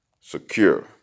secure